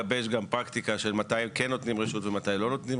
האם הם משתמשים בכלי של קנסות מנהליים,